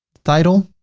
title